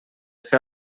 fer